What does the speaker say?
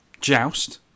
Joust